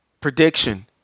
prediction